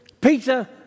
Peter